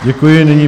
Děkuji.